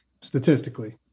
statistically